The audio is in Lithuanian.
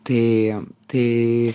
tai tai